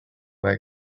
were